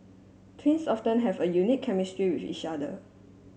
twins often have a unique chemistry with each other